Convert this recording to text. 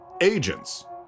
agents